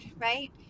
Right